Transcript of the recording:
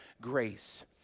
grace